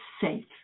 safe